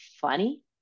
funny